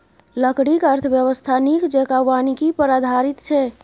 लकड़ीक अर्थव्यवस्था नीक जेंका वानिकी पर आधारित छै